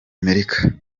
amerika